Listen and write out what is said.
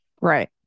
right